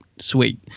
sweet